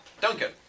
Duncan